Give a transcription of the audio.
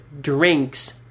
drinks